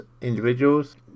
individuals